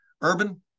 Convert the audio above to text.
urban